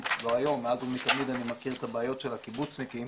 ומאז ומתמיד אני מכיר את הבעיות של הקיבוצניקים.